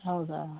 ಹೌದಾ